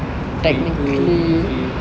twenty two twenty three